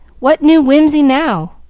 what new whimsey now?